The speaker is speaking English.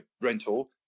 rental